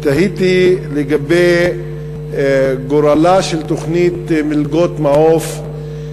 ותהיתי לגבי גורלה של תוכנית "מלגת מעוף"